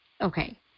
Okay